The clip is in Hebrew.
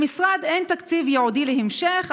למשרד אין תקציב ייעודי להמשך,